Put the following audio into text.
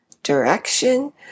direction